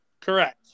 Correct